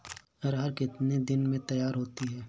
अरहर कितनी दिन में तैयार होती है?